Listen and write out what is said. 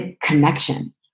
connection